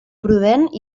prudent